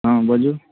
हँ बाजू